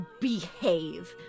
behave